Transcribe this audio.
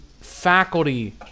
faculty